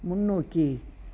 முன்னோக்கி